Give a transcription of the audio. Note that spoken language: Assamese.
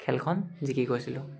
খেলখন জিকি গৈছিলোঁ